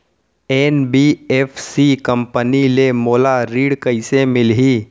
NBFC company ले मोला ऋण कइसे मिलही?